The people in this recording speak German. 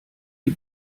die